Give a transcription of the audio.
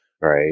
right